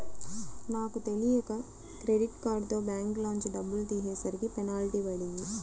నాకు తెలియక క్రెడిట్ కార్డుతో బ్యాంకులోంచి డబ్బులు తీసేసరికి పెనాల్టీ పడింది